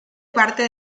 parte